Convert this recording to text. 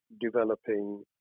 developing